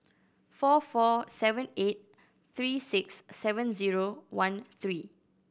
four four seven eight three six seven zero one three